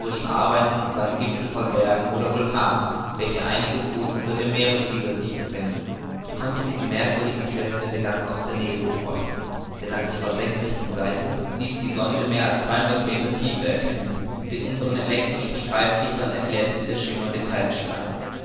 arbeiten seien gipfel von bergen oder vulkanen welche einige fuß unter dem meeresspiegel sich befänden ich konnte diese merkwürdigen felswände ganz aus der nähe beobachten denn an ihrer senkrechten seite ließ die sonde mehr als dreihundert meter tiefe erkennen und in unseren elektrischen streiflichtern erglänzte der schimmernde